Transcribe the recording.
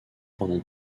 pendant